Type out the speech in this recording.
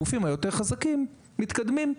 הגופים היותר חזקים מתקדמים,